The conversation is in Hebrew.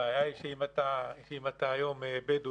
הבעיה היא שאם אתה היום בדואי